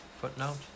footnote